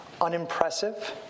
unimpressive